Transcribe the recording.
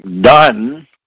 done